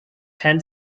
ten